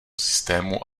systému